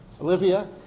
Olivia